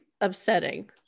upsetting